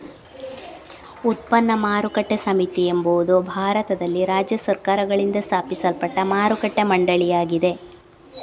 ಉತ್ಪನ್ನ ಮಾರುಕಟ್ಟೆ ಸಮಿತಿ ಎಂಬುದು ಭಾರತದಲ್ಲಿ ರಾಜ್ಯ ಸರ್ಕಾರಗಳಿಂದ ಸ್ಥಾಪಿಸಲ್ಪಟ್ಟ ಮಾರುಕಟ್ಟೆ ಮಂಡಳಿಯಾಗಿದೆ